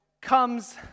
comes